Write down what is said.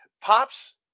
pops